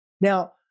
Now